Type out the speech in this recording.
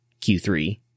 Q3